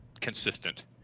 consistent